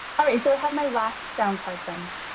all right so i have my last sound card friends.